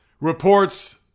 reports